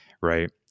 Right